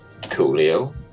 Coolio